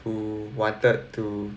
who wanted to